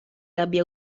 abbia